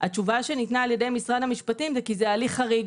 התשובה שניתנה על ידי משרד המשפטים זה כי זה הליך חריג.